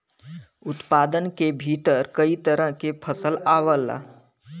उत्पादन के भीतर कई तरह के फसल आवला